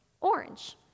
orange